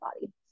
body